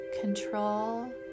control